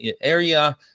area